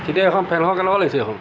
এতিয়া এইখন ফেনখন কেনেকুৱা লাগিছে এইখন